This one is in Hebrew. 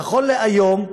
נכון להיום,